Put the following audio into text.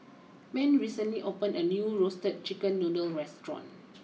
Penni recently opened a new Roasted Chicken Noodle restaurant